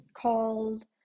called